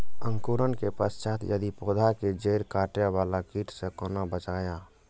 अंकुरण के पश्चात यदि पोधा के जैड़ काटे बाला कीट से कोना बचाया?